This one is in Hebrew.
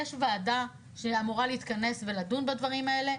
יש ועדה שאמורה להתכנס ולדון בדברים האלה,